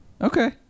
Okay